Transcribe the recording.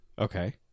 okay